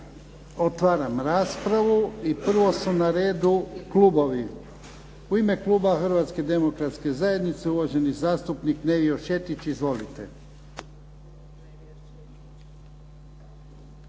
Otvaram raspravu i prvo su na redu klubovi. U ime kluba Hrvatske demokratske zajednice, uvaženi zastupnik Nevio Šetić. Izvolite.